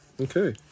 Okay